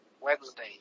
Wednesday